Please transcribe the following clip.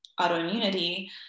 autoimmunity